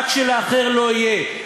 רק שלאחר לא יהיה.